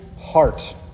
heart